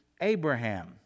Abraham